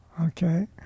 Okay